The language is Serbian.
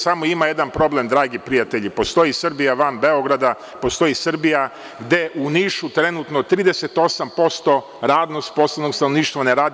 Samo ima jedan problem, dragi prijatelji, postoji Srbija van Beograda, postoji Srbija gde u Nišu trenutno 38% radno sposobnog stanovništva ne radi.